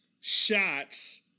shots